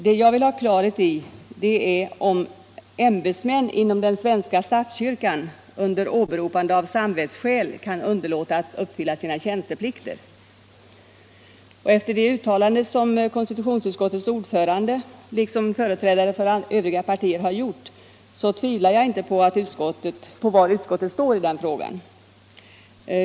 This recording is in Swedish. Det jag vill ha klarhet i är om ämbetsmän inom den svenska statskyrkan under åberopande av samvetsskäl kan underlåta att uppfylla sina tjänsteplikter. Efter de uttalanden som konstitutionsutskottets ordförande har gjort — liksom företrädare för övriga partier — tvivlar jag inte på var utskottet står i den frågan.